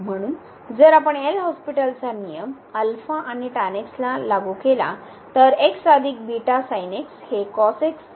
म्हणून जर आपण एल हॉस्पिटलचा नियम आणि ला नियम लागू केला तर हे भागिले होईल